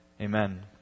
amen